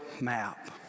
map